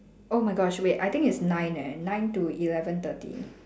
oh my gosh wait I think it's nine eh nine to eleven thirty